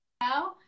now